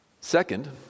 Second